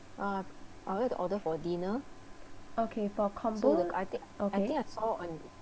okay for combo okay